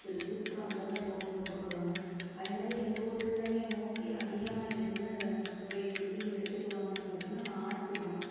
இருக்குது ஸோ அங்கே தான் போக விருப்பப்படுவாங்க அதேமாதிரி எங்கள் ஊர் பிள்ளைங்க மோஸ்ட்லி அதிகமாக என்ன துறை விரும்பி எடுத்துக்குவாங்கன்னு பார்த்தீங்கன்னா ஆர்ட்ஸு தான்